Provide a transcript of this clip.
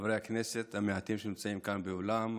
חברי הכנסת המעטים שנמצאים כאן באולם,